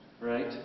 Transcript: right